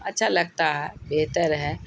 اچھا لگتا ہے بہتر ہے